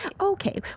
Okay